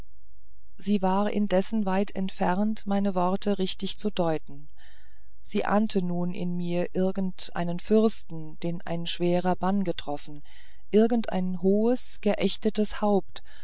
sie war indes weit entfernt meine worte richtig zu deuten sie ahnete nun in mir irgend einen fürsten den ein schwerer bann getroffen irgend ein hohes geächtetes haupt